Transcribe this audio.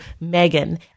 Megan